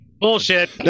Bullshit